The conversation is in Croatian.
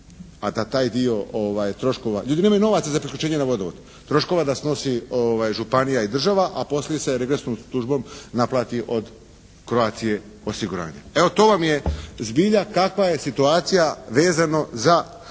a da taj dio troškova, ljudi nemaju novaca za priključenje na vodovod, troškova da snosi županija i država, a posljedica je regresnom tužbom naplati od Croatia osiguranja. Evo, to vam je zbilja kakva je situacija vezano za